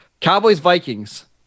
Cowboys-Vikings